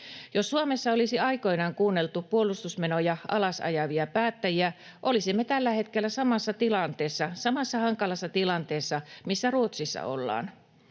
Jos Suomessa olisi aikoinaan kuunneltu puolustusmenoja alas ajavia päättäjiä, olisimme tällä hetkellä samassa tilanteessa, samassa hankalassa tilanteessa, missä Ruotsissa ollaan.